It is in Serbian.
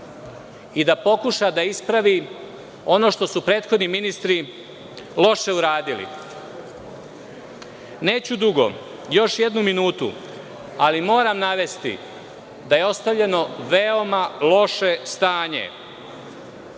i da pokuša da ispravi ono što su prethodni ministri loše uradili. Neću dugo, još jednu minutu, ali moram navesti da je ostavljeno veoma loše stanje.